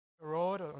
road